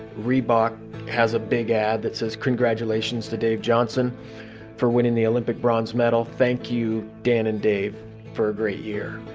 reebok has a big ad that says, congratulations to dave johnson for winning the olympic bronze medal. thank you dan and dave for a great year.